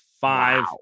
Five